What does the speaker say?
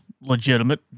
legitimate